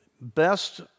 best